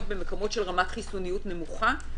במקומות של רמת חיסוניות נמוכה.